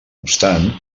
obstant